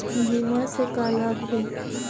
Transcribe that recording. बीमा से का लाभ हे?